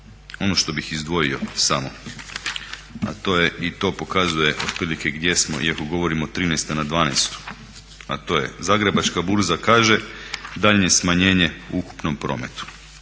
ono što bih izdvojio samo a to je i to pokazuje otprilike gdje smo iako govorimo '13.-ta na '12.-tu a to je Zagrebačka burza kaže daljnje smanjenje u ukupnom prometu.